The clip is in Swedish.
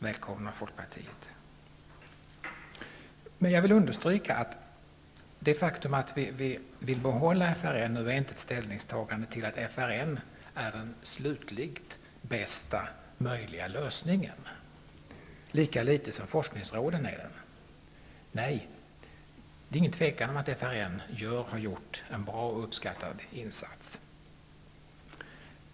Välkomna, Jag vill understryka att det faktum att vi vill behålla FRN inte är ett ställningstagande för att FRN är den slutligt bästa möjliga lösningen lika litet som forskningsråden är. Det råder inget tvivel om att FRN gör och har gjort en bra och uppskattad insats.